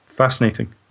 fascinating